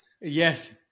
Yes